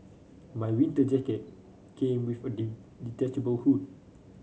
my winter jacket came with a detachable hood